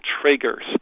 triggers